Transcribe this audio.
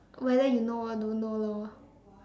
whether you know or don't know lor